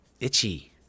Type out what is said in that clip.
itchy